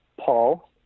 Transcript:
paul